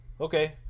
Okay